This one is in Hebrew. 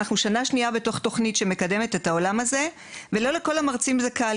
אנחנו שנה שנייה בתוך תכנית שמקדמת את העולם הזה ולא לכל המרצים זה קל,